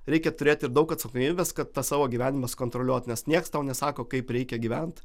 reikia turėt ir daug atsakomybės kad tą savo gyvenimą sukontroliuot nes nieks tau nesako kaip reikia gyvent